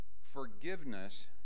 Forgiveness